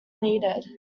needed